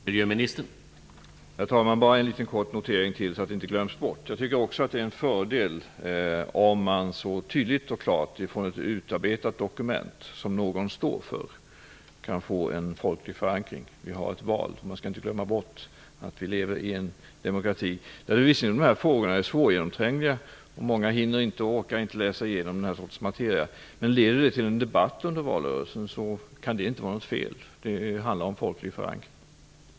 Herr talman! Jag vill göra en liten kort notering till, så att det inte glöms bort. Jag tycker också att det är en fördel om man tydligt och klart kan få en folklig förankring kring ett utarbetat dokument som någon står för. Vi har ett val. Vi skall inte glömma bort att vi lever i demokrati. De här frågorna är visserligen svårgenomträngliga och många hinner och orkar inte läsa igenom den här sortens materia, men det kan inte vara något fel om detta leder till en debatt under valrörelsen. Det handlar om folklig förankring.